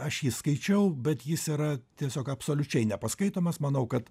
aš jį skaičiau bet jis yra tiesiog absoliučiai nepaskaitomas manau kad